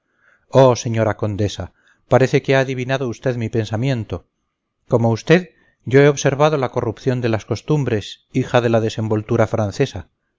oh señora condesa parece que ha adivinado usted mi pensamiento como usted yo he observado la corrupción de las costumbres hija de la desenvoltura francesa